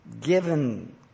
given